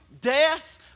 death